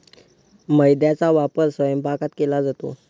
मैद्याचा वापर स्वयंपाकात केला जातो